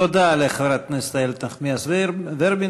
תודה לחברת הכנסת איילת נחמיאס ורבין.